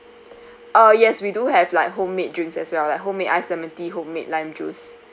uh yes we do have like homemade drinks as well like homemade iced lemon tea homemade lime juice